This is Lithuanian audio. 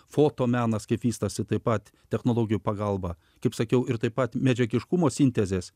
fotomenas kaip vystosi taip pat technologijų pagalba kaip sakiau ir taip pat medžiagiškumo sintezės